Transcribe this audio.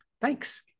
Thanks